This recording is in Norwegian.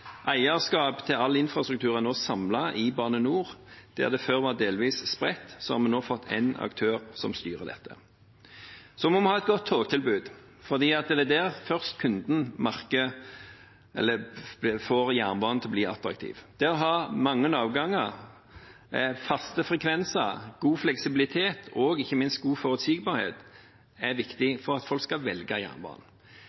Eierskap til all infrastruktur er nå samlet i Bane NOR. Der det før var delvis spredt, har vi nå fått én aktør som styrer dette. Vi må ha et godt togtilbud, for det er det som får jernbanen til å bli attraktiv. Det å ha mange avganger, faste frekvenser, god fleksibilitet og ikke minst god forutsigbarhet er